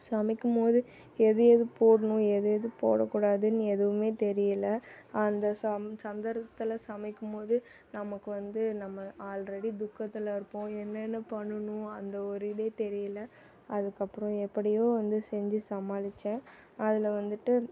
சமைக்கும் போது எது எது போடணும் எது எது போடக்கூடாதுன்னு எதுவும் தெரியலை அந்த சாந் சத்தரத்துல சமைக்கும் போது நமக்கு வந்து நம்ம ஆல்ரெடி துக்கத்தில் இருப்போம் என்னென்ன பண்ணணும் அந்த ஒரு இதே தெரியலை அதுக்கு அப்புறோம் எப்படியோ வந்து செஞ்சு சமாளித்தேன் அதில் வந்துட்டு